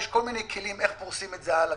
הרי יש כל מיני כלים איך פורסים את זה הלאה.